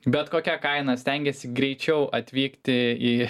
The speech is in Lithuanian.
bet kokia kaina stengiasi greičiau atvykti į